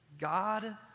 God